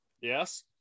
yes